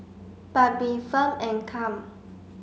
but be firm and calm